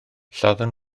lladdon